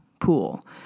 pool